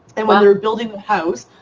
and when they were building the house,